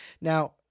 Now